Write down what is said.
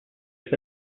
with